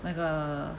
like a